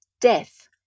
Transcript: death